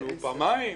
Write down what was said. או אח"מ,